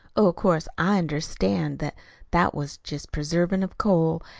oh, course i understand that that was just preservation of coal,